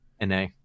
NA